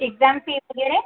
exam fee वगैरे